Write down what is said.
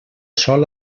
sol